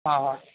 हाँ हाँ